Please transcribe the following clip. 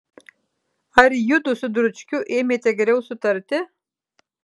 ar judu su dručkiu ėmėte geriau sutarti